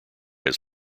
his